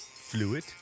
Fluid